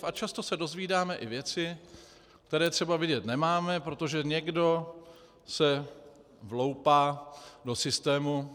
A často se dozvídáme i věci, které třeba vědět nemáme, protože někdo se vloupá do systému.